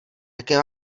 také